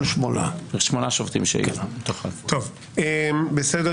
סגירת עיתון למשל, בחוק, תרחיש מעניין.